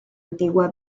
antigua